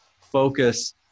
focus